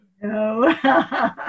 No